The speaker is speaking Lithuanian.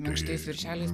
minkštais viršeliais